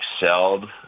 excelled